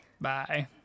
Bye